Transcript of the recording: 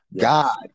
God